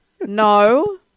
No